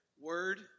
word